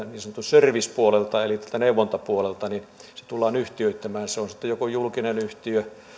niin sanotulta service puolelta eli neuvontapuolelta tullaan yhtiöittämään se on sitten joko julkinen yhtiö